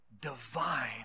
divine